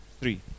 Three